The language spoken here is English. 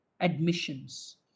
admissions